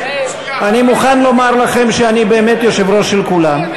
אני מוכן לומר לכם שאני באמת יושב-ראש של כולם.